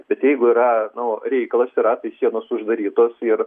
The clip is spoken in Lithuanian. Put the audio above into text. bet jeigu yra nu reikalas yra sienos uždarytos ir